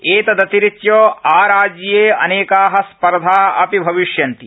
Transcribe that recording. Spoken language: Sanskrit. एतदतिरिच्य आराज्ये अनेका स्पर्धा अपि भविष्यन्ति